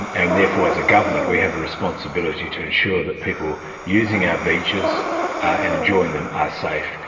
and therefore as a government we have a responsibility to ensure that people using our beaches and enjoying them are safe.